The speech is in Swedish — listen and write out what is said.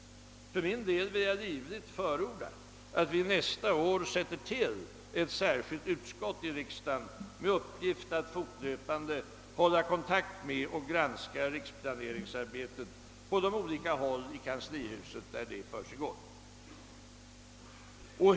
För min del vill jag livligt förorda att vi nästa år sätter till ett särskilt utskott i riksdagen med uppgift att fortlöpande hålla kontakt med och granska riksplaneringsarbetet på de olika håll i kanslihuset där det försiggår.